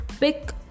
Pick